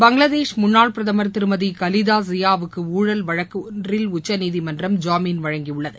பங்களாதேஷ் முன்னாள் பிரதமா் திருமதி கலிதா ஜியாவுக்கு ஊழல் வழக்கு ஒன்றில் உச்சநீதிமன்றம் ஜாமீன் வழங்கியுள்ளது